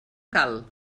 cal